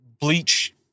Bleach